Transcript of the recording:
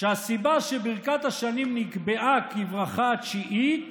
שהסיבה לכך שברכת השנים נקבעה כברכה התשיעית